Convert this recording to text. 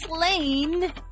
Lane